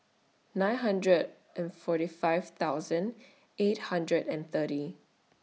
nine hundred and forty five thousand eight hundred and thirty